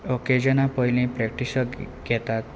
ओकेजना पयलीं प्रॅक्टीसो घेतात